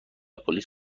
پلیس